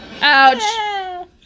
Ouch